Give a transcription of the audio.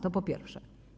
To po pierwsze.